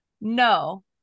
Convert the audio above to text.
No